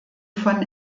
von